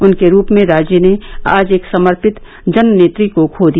उनके रूप में राज्य ने आज एक समर्पित जननेत्री को खो दिया